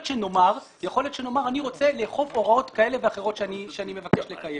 שנאמר שאני רוצה לאכוף הוראות כאלה ואחרות שאני מבקש לקיים.